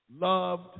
loved